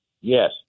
Yes